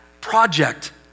project